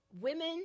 Women